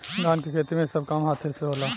धान के खेती मे सब काम हाथे से होला